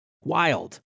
Wild